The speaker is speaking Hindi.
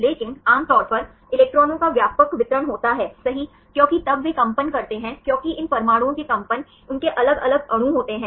लेकिन आमतौर पर इलेक्ट्रॉनों का व्यापक वितरण होता है सही क्योंकि तब वे कंपन करते हैं क्योंकि इन परमाणुओं के कंपन उनके अलग अलग अणु होते हैं